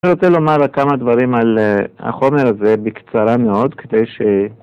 אני רוצה לומר כמה דברים על החומר הזה בקצרה מאוד כדי ש...